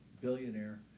billionaire